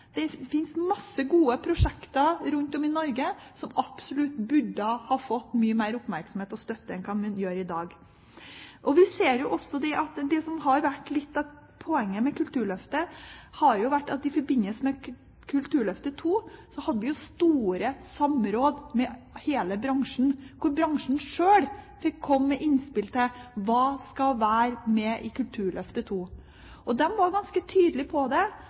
Det finnes mange gode prosjekter rundt om i Norge som absolutt burde ha fått mye mer oppmerksomhet og støtte enn de får i dag. Vi ser også litt av poenget med Kulturløftet, at i forbindelse med Kulturløftet II hadde vi store samråd med hele bransjen hvor bransjen sjøl fikk komme med innspill til hva som skal være med i Kulturløftet II. De var ganske tydelige på at bredden var viktig, og at alle deler av kulturlivet må få mulighet til å ta del i Kulturløftet. Derfor er det